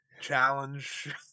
Challenge